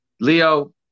Leo